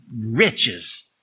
riches